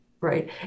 right